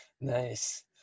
nice